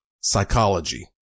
psychology